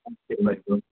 சரி bye bro